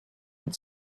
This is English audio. and